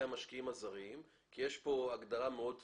המשקיעים הזרים כי יש כאן הגדרה מאוד פלואידית.